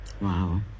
Wow